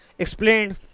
Explained